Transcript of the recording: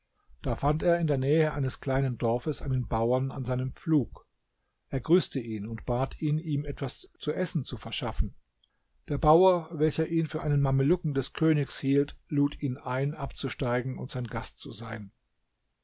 da fand er in der nähe eines kleinen dorfes einen bauern an seinem pflug er grüßte ihn und bat ihn ihm etwas zu essen zu verschaffen der bauer welcher ihn für einen mamelucken des königs hielt lud ihn ein abzusteigen und sein gast zu sein